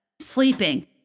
sleeping